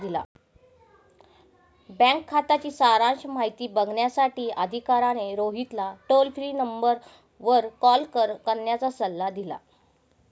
bank खात्याची सारांश माहिती बघण्यासाठी अधिकाऱ्याने रोहितला टोल फ्री नंबरवर कॉल करण्याचा सल्ला दिला